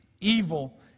evil